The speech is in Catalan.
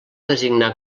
designar